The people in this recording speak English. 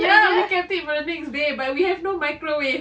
ya we can keep for the next day but we have no microwave